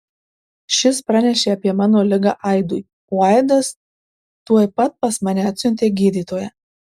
šis pranešė apie mano ligą aidui o aidas tuoj pat pas mane atsiuntė gydytoją